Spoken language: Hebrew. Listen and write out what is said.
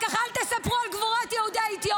אתם צריכים לדאוג שמצביעים על הצעת החוק הזאת.